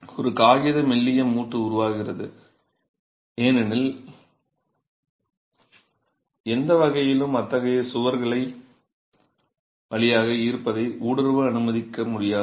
ஒரு காகித மெல்லிய மூட்டு உருவாகிறது ஏனெனில் எந்த வகையிலும் அத்தகைய சுவர்கள் வழியாக ஈரப்பதத்தை ஊடுருவ அனுமதிக்க முடியாது